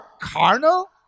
carnal